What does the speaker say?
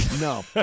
No